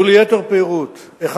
וליתר פירוט: א.